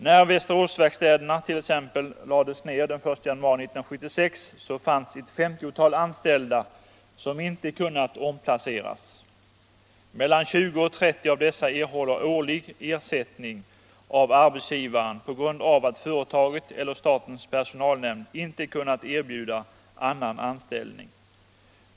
När Västeråsverkstäderna t.ex. lades ner den 1 januari 1976 fanns ett femtiotal anställda som inte kunnat omplaceras. Mellan 20 och 30 av dessa erhåller årlig ersättning av arbetsgivaren på grund av att företaget eller statens personalnämnd inte kunnat erbjuda annan anställning.